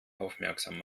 aufmerksam